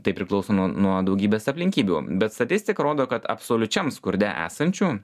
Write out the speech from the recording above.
tai priklauso nuo nuo daugybės aplinkybių bet statistika rodo kad absoliučiam skurde esančių